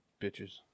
Bitches